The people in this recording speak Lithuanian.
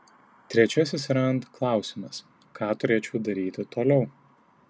trečiasis rand klausimas ką turėčiau daryti toliau